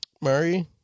Murray